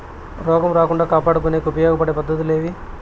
రోగం రాకుండా కాపాడుకునేకి ఉపయోగపడే పద్ధతులు ఏవి?